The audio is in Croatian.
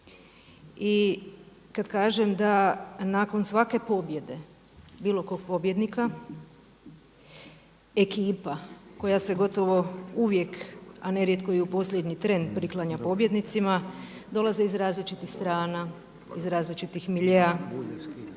I kad kažem da nakon svake pobjede bilo kog pobjednika ekipa koja se gotovo uvijek, a nerijetko i u posljednji tren priklanja pobjednicima, dolaze iz različitih strana, različitih miljea,